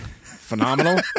Phenomenal